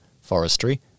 forestry